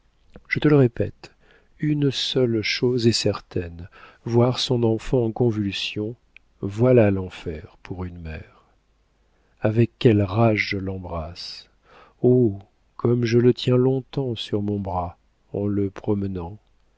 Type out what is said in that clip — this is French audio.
je te le répète une seule chose est certaine voir son enfant en convulsion voilà l'enfer pour une mère avec quelle rage je l'embrasse oh comme je le tiens longtemps sur mon bras en le promenant